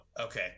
okay